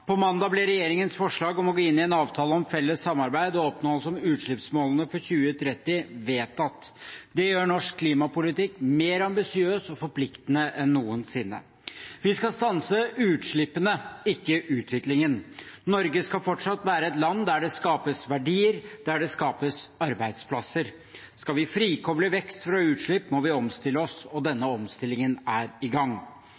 På mandag ble regjeringens forslag om å gå inn i en avtale om felles samarbeid om oppnåelse av utslippsmålene for 2030 vedtatt. Det gjør norsk klimapolitikk mer ambisiøs og forpliktende enn noensinne. Vi skal stanse utslippene, ikke utviklingen. Norge skal fortsatt være et land der det skapes verdier, der det skapes arbeidsplasser. Skal vi frikoble vekst fra utslipp, må vi omstille oss, og